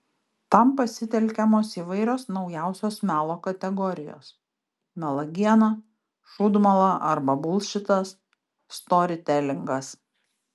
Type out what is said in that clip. tam pasitelkiamos įvairios naujausios melo kategorijos melagiena šūdmala arba bulšitas storytelingas